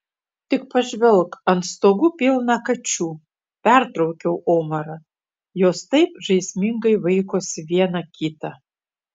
tik pažvelk ant stogų pilna kačių pertraukiau omarą jos taip žaismingai vaikosi viena kitą